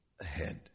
ahead